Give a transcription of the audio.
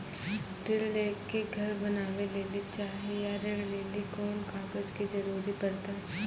ऋण ले के घर बनावे लेली चाहे या ऋण लेली कोन कागज के जरूरी परतै?